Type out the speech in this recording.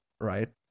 right